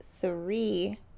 three